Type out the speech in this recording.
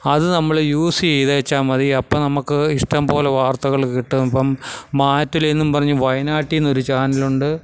അത് നമ്മൾ യൂസ് ചെയ്തുവെച്ചാൽമതി അപ്പം നമുക്ക് ഇഷ്ടംപോലെ വാർത്തകൾ കിട്ടും അപ്പം മാറ്റില്ലയെന്നും പറഞ്ഞ് വയനാട്ടിൽ നിന്നൊരു ചാനലുണ്ട്